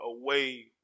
away